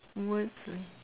what's line